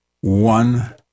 One